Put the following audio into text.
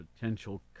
potential